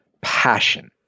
Passion